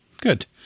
Good